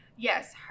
Yes